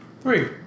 three